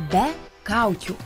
be kaukių